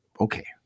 Okay